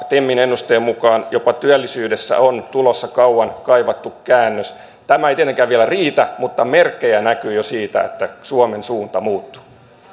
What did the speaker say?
temin ennusteen mukaan jopa työllisyydessä on tulossa kauan kaivattu käännös tämä ei tietenkään vielä riitä mutta merkkejä näkyy jo siitä että suomen suunta muuttuu